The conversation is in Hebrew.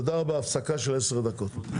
תודה רבה, הפסקה לעשר דקות.